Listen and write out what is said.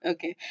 Okay